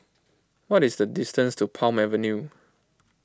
what is the distance to Palm Avenue